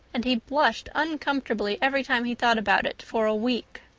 and he blushed uncomfortably every time he thought about it for a week.